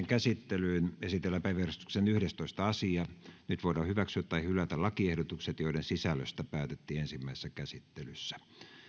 käsittelyyn esitellään päiväjärjestyksen yhdestoista asia nyt voidaan hyväksyä tai hylätä lakiehdotukset joiden sisällöstä päätettiin ensimmäisessä käsittelyssä